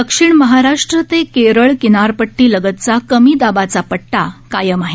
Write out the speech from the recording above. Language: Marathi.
दक्षिण महाराष्ट्र ते केरळ किनारपट्टीलगतचा कमी दाबाचा पट्टा कायम आहे